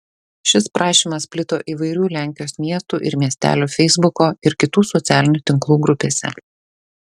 šis prašymas plito įvairių lenkijos miestų ir miestelių feisbuko ir kitų socialinių tinklų grupėse